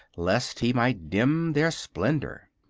lest he might dim their splendor.